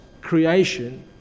creation